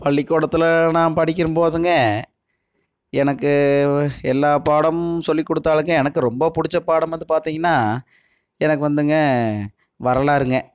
பள்ளிக்கூடத்தில் நான் படிக்கிறம் போதுங்க எனக்கு எல்லா பாடமும் சொல்லி கொடுத்தாலுங்க எனக்கு ரொம்ப பிடிச்ச பாடம் வந்து பார்த்தீங்கன்னா எனக்கு வந்துங்க வரலாறுங்க